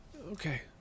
Okay